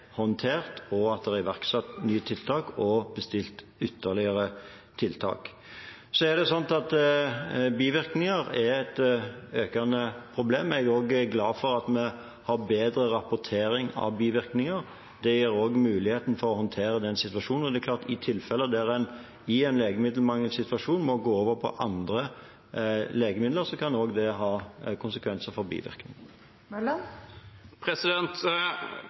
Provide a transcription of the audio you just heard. håndtert. Det er iverksatt nye tiltak og bestilt ytterligere tiltak. Bivirkninger er et økende problem. Jeg er glad for at vi har bedre rapportering av bivirkninger. Det gir mulighet til å håndtere den situasjonen. Det er klart at i tilfeller der en i en legemiddelmangelsituasjon må gå over på andre legemidler, kan det også ha konsekvenser for